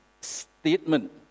statement